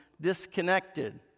disconnected